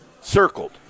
circled